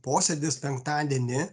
posėdis penktadienį